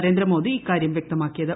നരേന്ദ്രമോദി ഇക്കാര്യം വൃക്തമാക്കിയത്